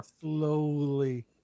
slowly